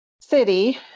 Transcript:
city